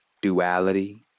duality